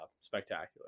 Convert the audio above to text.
spectacular